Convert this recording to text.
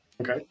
Okay